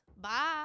Bye